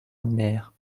amère